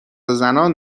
زنان